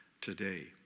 today